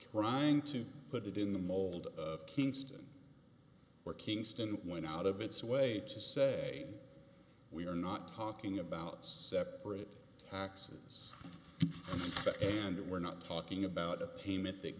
trying to put it in the mold of kingston or kingston that went out of its way to say we are not talking about separate taxes and we're not talking about a payment that